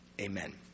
amen